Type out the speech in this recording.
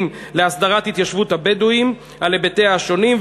להסדרת התיישבות הבדואים על היבטיה השונים,